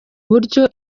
buryo